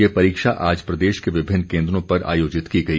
ये परीक्षा आज प्रदेश के विभिन्न केन्द्रों पर आयोजित की गई